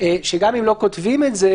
שגם אם לא כותבים את זה,